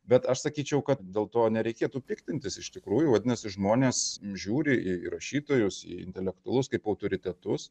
bet aš sakyčiau kad dėl to nereikėtų piktintis iš tikrųjų vadinasi žmonės žiūri į rašytojus į intelektualus kaip autoritetus